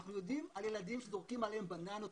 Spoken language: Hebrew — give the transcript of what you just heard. אנחנו יודעים על ילדים שזורקים עליהם בננות.